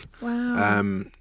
Wow